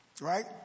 Right